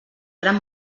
gran